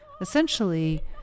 essentially